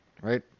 right